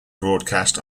broadcast